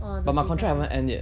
ugh the data thing